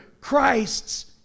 Christ's